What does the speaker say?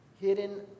Hidden